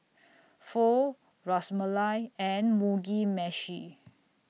Pho Ras Malai and Mugi Meshi